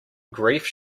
grief